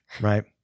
right